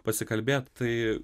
pasikalbėt tai